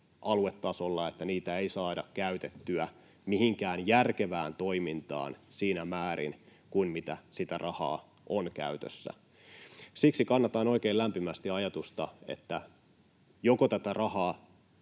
aluetasolla, että niitä ei saada käytettyä mihinkään järkevään toimintaan siinä määrin kuin mitä sitä rahaa on käytössä. Siksi kannatan oikein lämpimästi ajatusta, että joko tätä rahaa,